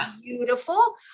beautiful